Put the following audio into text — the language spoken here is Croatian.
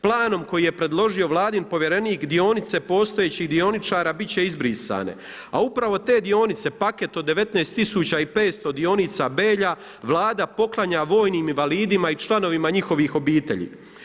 Planom koji je predložio Vladin povjerenik dionice postojećih dioničara biti će izbrisane a upravo te dionice, paket od 19 tisuća i 500 dionica Belja Vlada poklanja vojnim invalidima i članovima njihovih obitelji.